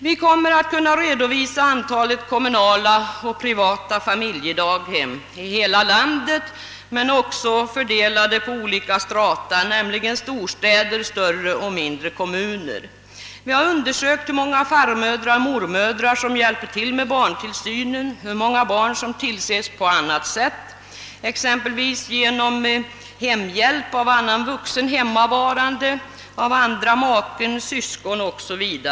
Vi kommer att bli i tillfälle att redovisa antalet kommunala och privata familjedaghem i hela landet men även antalet hem, fördelade på olika strata, storstäder samt större och mindre kommuner. Vi har undersökt hur många faroch mormödrar som hjälper till med barntillsynen och bur många barn som tillses på annat sätt, exempelvis genom hjälp av annan vuxen hemmavarande person, andra maken, syskon 0. s. Vv.